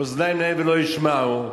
אוזניים להם ולא ישמעו,